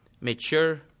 mature